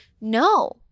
No